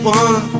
one